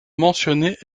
mentionner